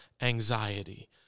anxiety